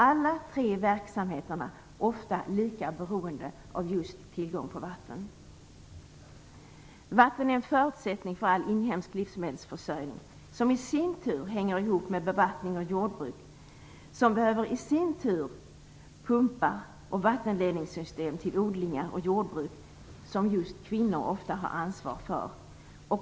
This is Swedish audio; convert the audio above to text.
Alla tre verksamheterna är ofta lika beroende av tillgång på vatten. Vatten är en förutsättning för all inhemsk livsmedelsförsörjning, som i sin tur hänger ihop med bevattning av jordbruk, vilket i sin tur behöver pumpar och vattenledningssystem till odlingar som just kvinnor ofta ha ansvar för.